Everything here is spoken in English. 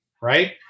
right